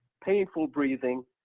painful breathing.